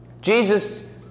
Jesus